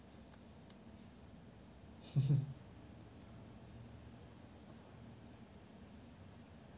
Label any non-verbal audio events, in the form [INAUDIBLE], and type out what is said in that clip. [LAUGHS]